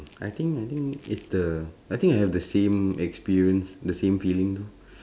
I think I think it's the I think I have the same experience the same feeling